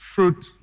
Fruit